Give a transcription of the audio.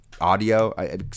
audio